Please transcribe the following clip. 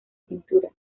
pintura